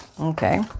Okay